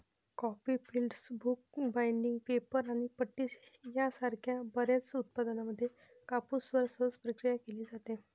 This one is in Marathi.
coffee filters, book binding, paper आणि पट्टी यासारख्या बर्याच उत्पादनांमध्ये कापूसवर सहज प्रक्रिया केली जाते